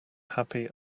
happy